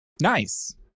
Nice